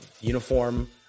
Uniform